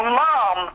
mom